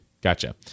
Gotcha